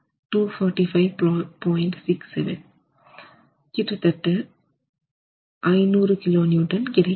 67 கிட்டத்தட்ட 500 kN கிடைக்கிறது